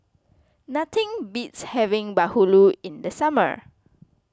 nothing beats having Bahulu in the summer